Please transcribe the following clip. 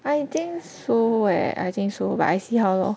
I think so eh I think so but I see how lor